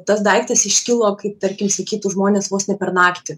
tas daiktas iškilo kaip tarkim sakytų žmonės vos ne per naktį